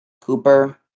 Cooper